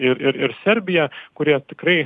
ir ir ir serbija kurie tikrai